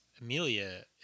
Amelia